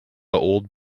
old